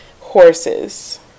horses